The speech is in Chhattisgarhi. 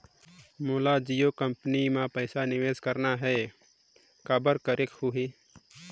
मोला जियो कंपनी मां पइसा निवेश करना हे, काबर करेके होही?